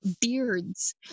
beards